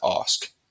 ask